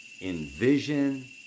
envision